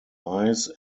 eyes